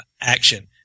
action